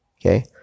Okay